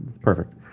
Perfect